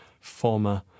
former